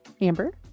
Amber